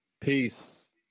Peace